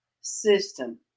system